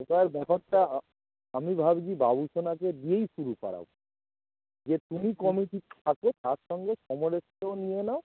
এটার ব্যাপারটা আমি ভাবছি বাবুসোনাকে দিয়েই শুরু করাবো যে তুমি কমিটি থাকো তার সঙ্গে সমরেশকেও নিয়ে নাও